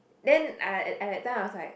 then I I I that time I was like